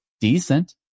decent